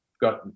got